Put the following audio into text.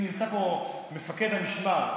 אם נמצא פה מפקד המשמר,